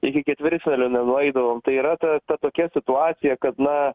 iki ketvirtfinalio nenueidavom tai yra ta ta tokia situacija kad na